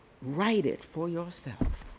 write it for yourself.